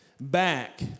back